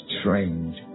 strange